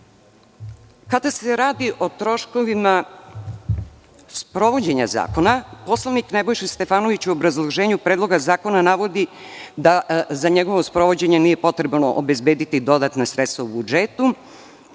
se radi o troškovima sprovođenja zakona, poslanik Nebojša Stefanović u obrazloženju Predloga zakona navodi da za njegovo sprovođenje nije potrebno obezbediti dodatna sredstva u budžetu